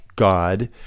God